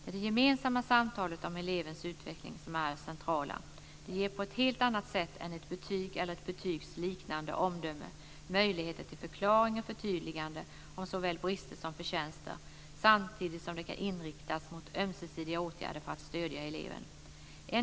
Det är det gemensamma samtalet om elevens utveckling som är det centrala. Det ger på ett helt annat sätt än ett betyg eller ett betygsliknande omdöme möjlighet till förklaringar och förtydliganden om såväl brister som förtjänster, samtidigt som det kan inriktas på ömsesidiga åtgärder för att stödja eleven.